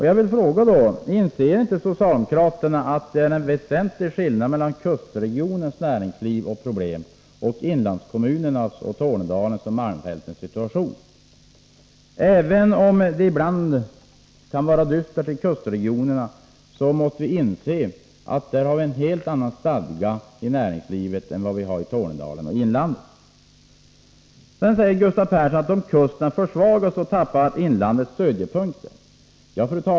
Jag vill då fråga: Inser inte socialdemokraterna att det är en stor skillnad mellan kustregioners näringsliv och problem och inlandskommunernas, Tornedalens och Malmfältens? Även om situationen ibland kan vara dyster för kustregionerna, måste vi inse att det där är en helt annan stadga i näringslivet än i Tornedalen och inlandet. Gustav Persson säger att om kusterna försvagas tappar inlandet stödpunkter.